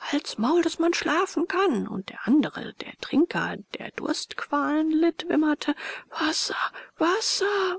halt's maul daß man schlafen kann und der andere der trinker der durstqualen litt wimmerte wasser wasser